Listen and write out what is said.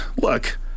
Look